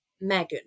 Megan